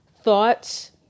thoughts